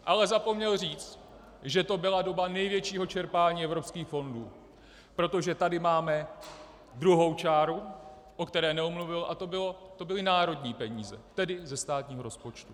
Ale zapomněl říct, že to byla doba největšího čerpání evropských fondů, protože tady máme druhou čáru, o které nemluvil, a to byly národní peníze, tedy ze státního rozpočtu.